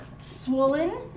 swollen